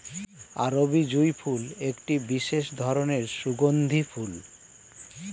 আরবি জুঁই ফুল একটি বিশেষ ধরনের সুগন্ধি ফুল